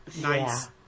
Nice